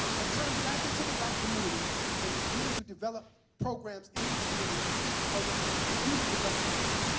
and turn back into the black community and begin to develop programs in the community around youth development.